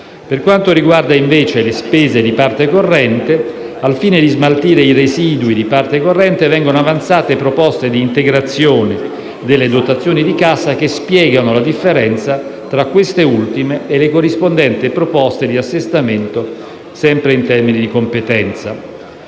Per quanto riguarda invece le spese di parte corrente, al fine di smaltire i residui di parte corrente, vengono avanzate proposte di integrazione delle dotazioni di cassa che spiegano la differenza tra queste ultime e le corrispondenti proposte di assestamento in termini di competenza.